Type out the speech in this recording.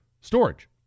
storage